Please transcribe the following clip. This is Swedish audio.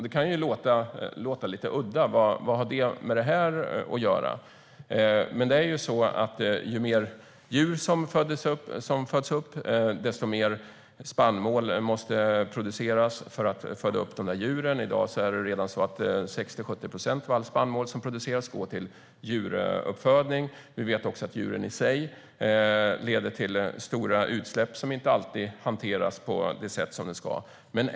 Det kan ju låta lite udda. Vad har det med det här att göra? Jo, det är ju så att ju fler djur som föds upp, desto mer spannmål måste produceras för att föda upp dem. Redan i dag går 60-70 procent av all spannmål som produceras till djuruppfödning. Vi vet också att djuren i sig leder till stora utsläpp som inte alltid hanteras på rätt sätt.